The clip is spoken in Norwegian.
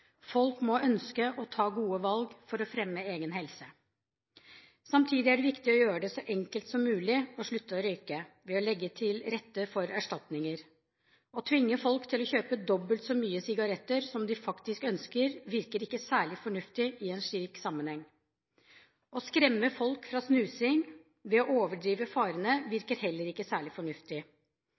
Folk må ønske å ta gode valg for å fremme egen helse. Samtidig er det viktig å gjøre det så enkelt som mulig å slutte å røyke ved å legge til rette for erstatninger. Å tvinge folk til å kjøpe dobbelt så mange sigaretter som de faktisk ønsker, virker ikke særlig fornuftig i en slik sammenheng. Å skremme folk fra snusing ved å overdrive farene, virker heller ikke særlig fornuftig.